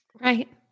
Right